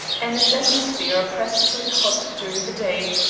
and its atmosphere oppressively hot during the day,